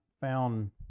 found